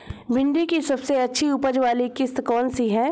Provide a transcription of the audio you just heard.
भिंडी की सबसे अच्छी उपज वाली किश्त कौन सी है?